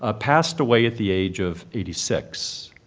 ah passed away at the age of eighty six.